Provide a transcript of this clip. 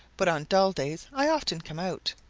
but on dull days i often come out.